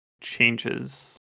changes